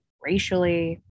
racially